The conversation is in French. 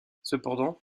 cependant